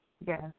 Yes